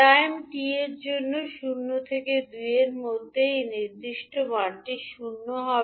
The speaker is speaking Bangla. টাইম টির জন্য শূন্য থেকে দুএর মধ্যে এই নির্দিষ্ট মানটি শূন্য হবে